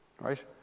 Right